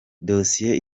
dossier